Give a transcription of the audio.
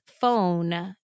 phone